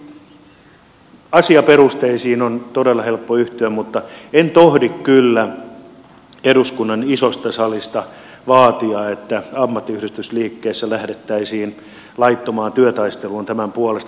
toki asiaperusteisiin on todella helppo yhtyä mutta en tohdi kyllä eduskunnan isosta salista vaatia että ammattiyhdistysliikkeessä lähdettäisiin laittomaan työtaisteluun tämän puolesta